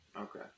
Okay